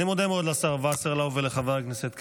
אני מודה מאוד לשר וסרלאוף ולחבר הכנסת קלנר.